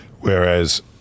whereas